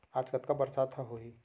आज कतका बरसात ह होही?